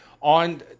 on